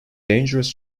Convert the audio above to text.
dangerous